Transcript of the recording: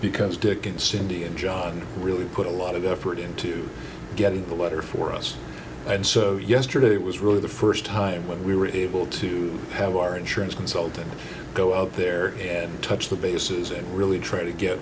because dick and cindy and john really put a lot of effort into getting a letter for us and so yesterday it was really the first time when we were able to have our insurance consultant go up there and touch the bases it really try to get